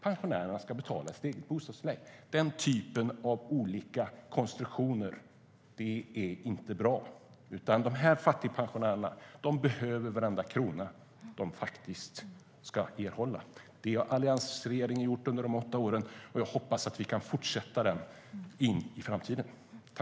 Pensionärerna ska betala sitt eget bostadstillägg. Den typen av olika konstruktioner är inte bra. Fattigpensionärerna behöver varenda krona de faktiskt ska erhålla. Det har alliansregeringen sett till under sina åtta år, och jag hoppas att vi kan fortsätta med det i framtiden.